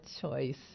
choice